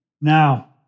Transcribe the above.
Now